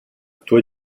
tua